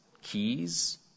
keys